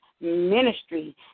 Ministry